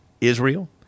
Israel